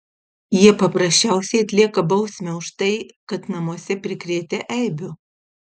jie paprasčiausiai atlieka bausmę už tai kad namuose prikrėtę eibių